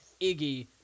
iggy